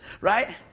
right